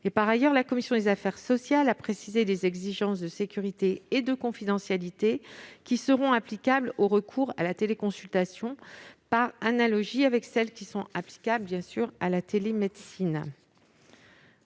Par ailleurs, notre commission a précisé les exigences de sécurité et de confidentialité qui seront applicables au recours à la téléconsultation, par analogie avec les exigences applicables à la télémédecine.